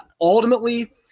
ultimately